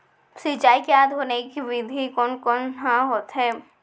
सिंचाई के आधुनिक विधि कोन कोन ह होथे?